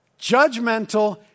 Judgmental